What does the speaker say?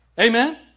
Amen